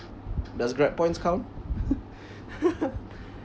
does Grab points count